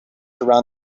around